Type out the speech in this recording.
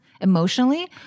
emotionally